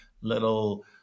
little